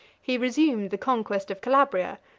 he resumed the conquest of calabria,